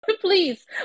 Please